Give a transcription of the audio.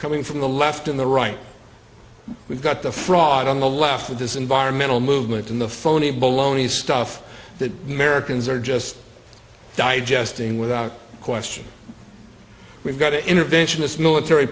coming from the left in the right we've got the fraud on the left with this environmental movement and the phony baloney stuff that americans are just digesting without question we've got a interventionist military